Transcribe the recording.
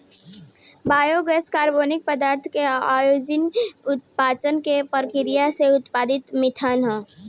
biogas कार्बनिक पदार्थ के अवायवीय पाचन के प्रक्रिया से उत्पादित मिथेन ह